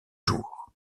jours